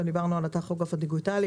דיברנו גם על הטכוגרף הדיגיטלי,